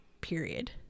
period